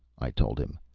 i told him.